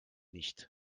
nicht